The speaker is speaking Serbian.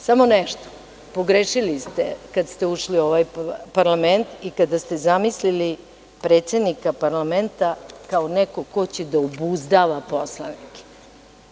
Samo nešto, pogrešili ste kada ste ušli u ovaj parlament i kada ste zamislili predsednika parlamenta kao nekog ko će da obuzdava poslanike.